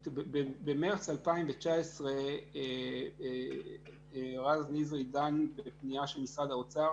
במרץ 2019 רז נזרי דן בפנייה של משרד האוצר